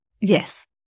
Yes